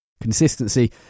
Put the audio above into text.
Consistency